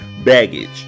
Baggage